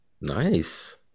nice